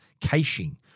caching